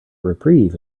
reprieve